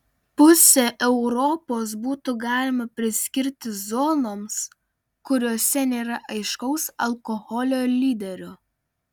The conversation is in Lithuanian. pusę europos būtų galima priskirti zonoms kuriose nėra aiškaus alkoholio lyderio